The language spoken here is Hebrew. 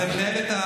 אז יהודית,